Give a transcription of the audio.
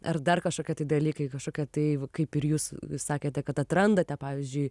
ar dar kažkokie tai dalykai kažkokie tai kaip ir jūs sakėte kad atrandate pavyzdžiui